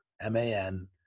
M-A-N